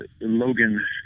Logan